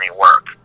work